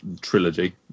trilogy